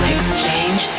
Exchange